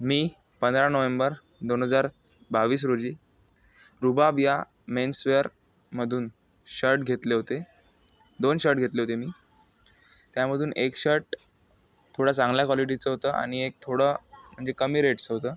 मी पंधरा नोएंबर दोन हजार बावीस रोजी रुबाब या मेन्सवेअरमधून शर्ट घेतले होते दोन शर्ट घेतले होते मी त्यामधून एक शर्ट थोड्या चांगल्या कॉलिटीचं होतं आणि एक थोडं म्हणजे कमी रेटचं होतं